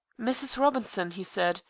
mrs. robinson, he said,